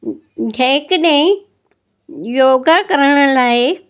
जेकॾहिं योगा करण लाइ